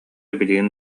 билигин